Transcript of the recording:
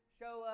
show